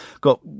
got